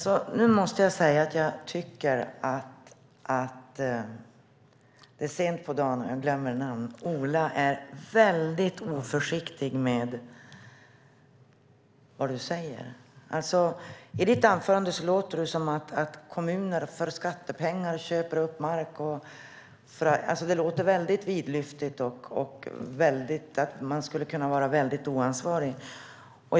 Herr talman! Jag tycker att du är oförsiktig med vad du säger, Ola. I ditt anförande låter det som att kommuner köper upp mark för skattepengar. Det låter vidlyftigt och oansvarigt.